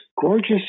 gorgeous